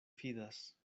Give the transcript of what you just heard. fidas